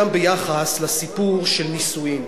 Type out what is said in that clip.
גם ביחס לסיפור של נישואין.